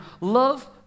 Love